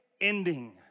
ending